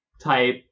type